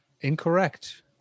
Incorrect